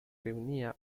reunía